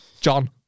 John